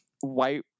white